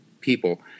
people